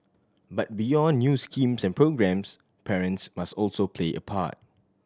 but beyond new schemes and programmes parents must also play a part